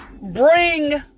bring